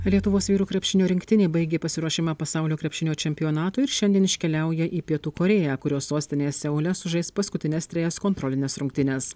lietuvos vyrų krepšinio rinktinė baigė pasiruošimą pasaulio krepšinio čempionatui ir šiandien iškeliauja į pietų korėją kurios sostinėje seule sužais paskutines trejas kontrolines rungtynes